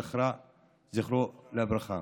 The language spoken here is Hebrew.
זכרו לברכה.